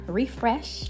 refresh